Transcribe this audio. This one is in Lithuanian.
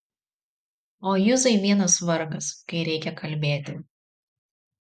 o juzai vienas vargas kai reikia kalbėti